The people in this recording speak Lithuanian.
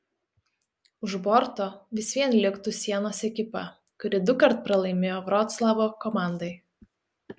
už borto vis vien liktų sienos ekipa kuri dukart pralaimėjo vroclavo komandai